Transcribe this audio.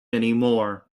anymore